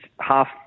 half